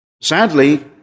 sadly